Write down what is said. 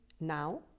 Now